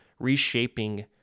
reshaping